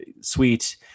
sweet